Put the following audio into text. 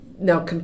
now